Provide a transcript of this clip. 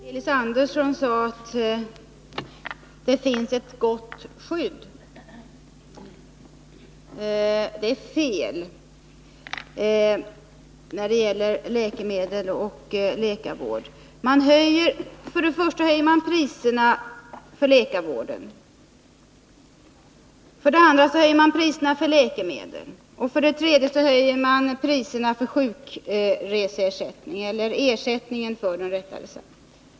Herr talman! Elis Andersson sade att det finns ett gott skydd — när det gäller läkemedel och läkarvård. Det är fel. För det första höjer man priserna för läkarvården, för det andra höjer man priserna för läkemedel och för det tredje höjer man gränsen för sjukreseersättning.